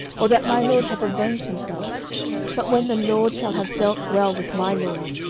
or that my lord hath avenged himself but when the lord shall have dealt well with my lord,